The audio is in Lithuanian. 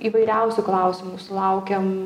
įvairiausių klausimų sulaukiam